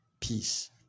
Peace